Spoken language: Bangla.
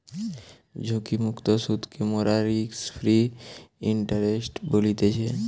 ঝুঁকিমুক্ত সুদকে মোরা রিস্ক ফ্রি ইন্টারেস্ট বলতেছি